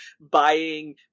buying